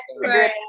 Right